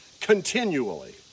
continually